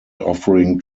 offering